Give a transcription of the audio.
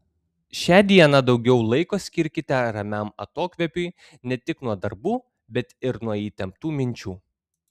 šią dieną daugiau laiko skirkite ramiam atokvėpiui ne tik nuo darbų bet ir nuo įtemptų minčių